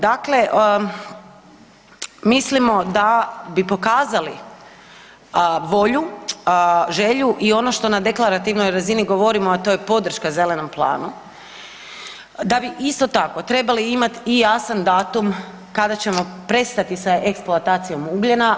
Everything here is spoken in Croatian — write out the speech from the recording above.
Dakle, mislimo da bi pokazali volju, želju i ono što na deklarativnoj razini govorimo, a to je podrška zelenom planu, da bi isto tako trebali imati i jasan datum kada ćemo prestati sa eksploatacijom ugljena.